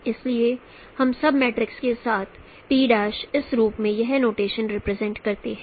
इसलिए हम सब मैट्रिस के साथ P' इस रूप में यह नोटेशन रिप्रेजेंट करते हैं